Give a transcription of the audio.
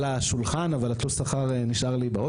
אבל השארתי את תלוש השכר באוטו,